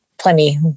plenty